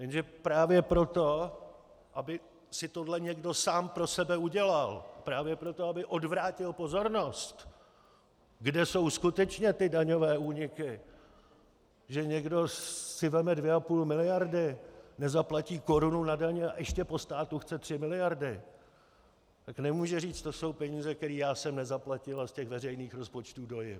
Jenže právě proto, aby si tohle někdo sám pro sebe udělal, právě proto, aby odvrátil pozornost, kde jsou skutečně ty daňové úniky, že někdo si vezme 2,5 miliardy, nezaplatí korunu na dani a ještě po státu chce 3 miliardy, tak nemůže říct: To jsou peníze, které já jsem nezaplatil, a z těch veřejných rozpočtů dojím.